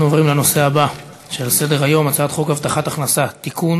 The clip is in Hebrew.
אנחנו עוברים לנושא הבא על סדר-היום: הצעת חוק הבטחת הכנסה (תיקון,